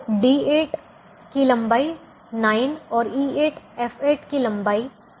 तो D8 की लंबाई 9 और E8 F8 की लंबाई 17 है